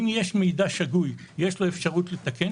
אם יש מידע שגוי, יש לו אפשרות לתקן.